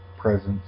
presence